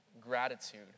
gratitude